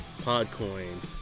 Podcoin